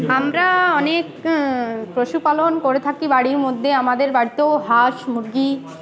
আমরা অনেক পশুপালন করে থাকি বাড়ির মধ্যে আমাদের বাড়িতেও হাঁস মুরগী